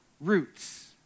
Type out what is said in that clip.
roots